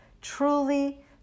truly